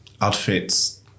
outfits